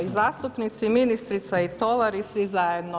Evo zastupnici, ministrica i tovar i svi zajedno.